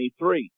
23